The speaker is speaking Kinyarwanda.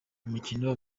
imikino